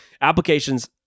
applications